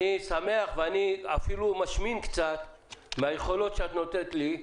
אני שמח ואני אפילו משמין קצת מהיכולות שאת נותנת לי.